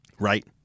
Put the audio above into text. Right